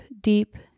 deep